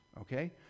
okay